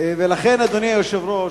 אדוני היושב-ראש,